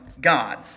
God